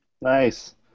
Nice